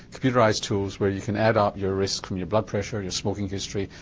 computerised tools, where you can add up your risk from your blood pressure, your smoking history,